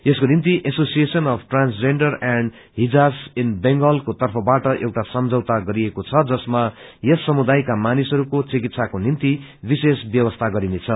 यसको निम्ति association of transgender and हिजास इन बेंगल को तर्फबाट एउट सम्झौता गरिएको छ जसमा यस समुदायका मानिसहरूको चिकित्साको निम्ति विशेष ब्यवस्था गरिनेछ